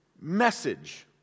message